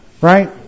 right